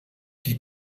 die